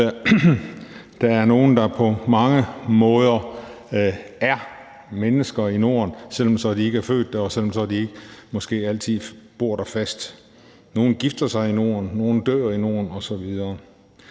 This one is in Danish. Der er nogle, der på mange måder er mennesker i Norden, selv om de ikke er født der, og selv om de så ikke altid bor der fast. Nogle gifter sig i Norden, nogle dør i Norden osv.